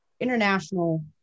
international